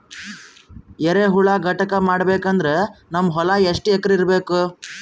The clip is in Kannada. ಎರೆಹುಳ ಘಟಕ ಮಾಡಬೇಕಂದ್ರೆ ನಮ್ಮ ಹೊಲ ಎಷ್ಟು ಎಕರ್ ಇರಬೇಕು?